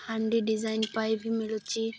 ହାଣ୍ଡି ଡିଜାଇନ୍ ପାଇଁ ବି ମିଳୁଛି